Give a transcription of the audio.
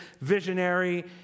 visionary